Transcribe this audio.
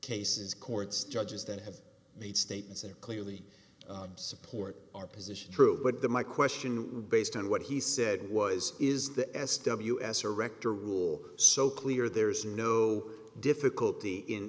cases courts judges that have made statements that are clearly support our position true but the my question based on what he said was is the s w s or rector rule so clear there is no difficulty in